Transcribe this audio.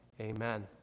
Amen